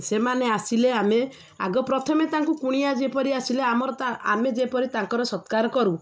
ସେମାନେ ଆସିଲେ ଆମେ ଆଗ ପ୍ରଥମେ ତାଙ୍କୁ କୁଣିଆ ଯେପରି ଆସିଲେ ଆମର ଆମେ ଯେପରି ତାଙ୍କର ସତ୍କାର କରୁ